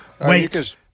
Wait